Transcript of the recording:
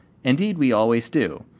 indeed we always do,